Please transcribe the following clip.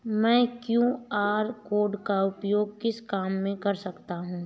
मैं QR code का उपयोग किस काम में कर सकता हूं?